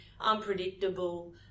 unpredictable